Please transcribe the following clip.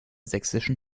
sächsischen